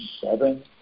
seven